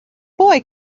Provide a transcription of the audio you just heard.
boy